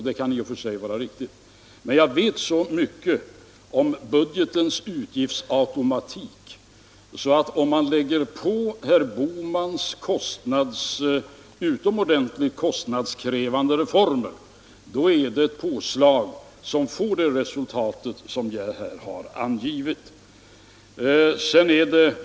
Det kan i och för sig vara riktigt, men jag vet så mycket om budgetens utgiftsautomatik att jag inser, att om man lägger på herr Bohmans utomordentligt kostnadskrävande reformer är det ett påslag som får det resultat som jag här har angivit.